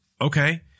Okay